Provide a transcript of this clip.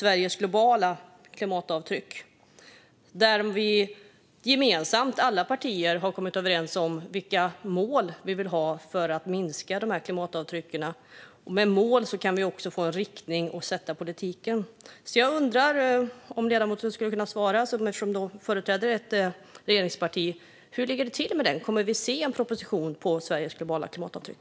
Där har vi gemensamt, alla partier, kommit överens om vilka mål vi vill ha för att minska klimatavtrycken. Med mål kan vi också få en riktning och sätta politiken. Jag undrar om ledamoten, som företräder ett regeringsparti, skulle kunna svara. Hur ligger det till med detta? Kommer vi att få se en proposition om Sveriges globala klimatavtryck?